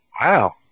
Wow